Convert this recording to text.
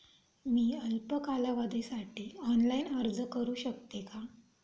मी अल्प कालावधीसाठी ऑनलाइन अर्ज करू शकते का?